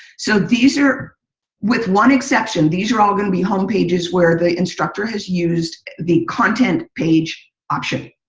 so these are with one exception, these are all going to be home pages where the instructor has used the content page option.